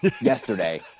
yesterday